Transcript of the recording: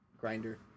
grinder